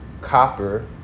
Copper